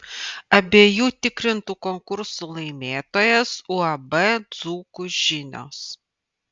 abiejų tikrintų konkursų laimėtojas uab dzūkų žinios